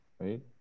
right